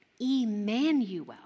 Emmanuel